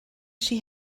she